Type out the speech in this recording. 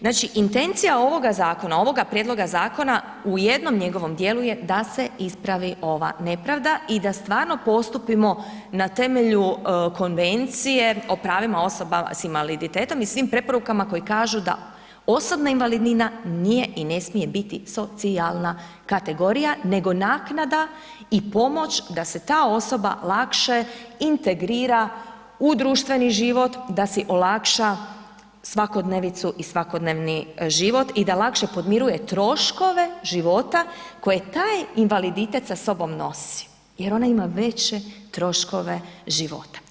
Znači intencija ovoga zakona, ovoga prijedloga zakona u jednom njegovom dijelu je da se ispravi ova nepravda i da stvarno postupimo na temelju Konvencije o pravima osoba s invaliditetom i svim preporukama koje kažu da osobna invalidnina nije i ne smije biti socijalna kategorija, nego naknada i pomoć da se ta osoba lakše integrira u društveni život, da si olakša svakodnevnicu i svakodnevni život i da lakše podmiruje troškove života koje taj invaliditet sa sobom nosi jer ona ima veće troškove života.